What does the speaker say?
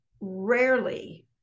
rarely